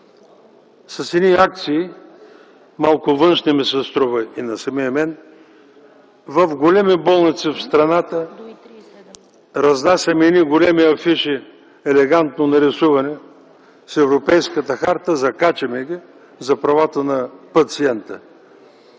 С едни акции, малко външни ми се струват и на самия мен, в големи болници в страната разнасяме едни големи афиши, елегантно нарисувани, с Европейската харта за правата на пациента,